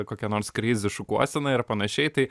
kokia nors kreizi šukuosena ir panašiai tai